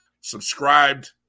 subscribed